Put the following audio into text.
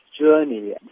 journey